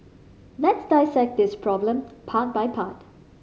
let's dissect this problem part by part